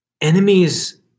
enemies